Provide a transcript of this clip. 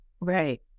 Right